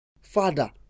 Father